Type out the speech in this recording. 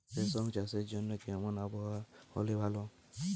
রেশম চাষের জন্য কেমন আবহাওয়া হাওয়া হলে ভালো?